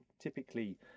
typically